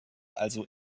also